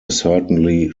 certainly